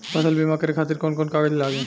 फसल बीमा करे खातिर कवन कवन कागज लागी?